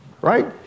Right